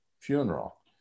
funeral